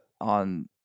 on